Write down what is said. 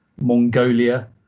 Mongolia